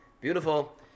beautiful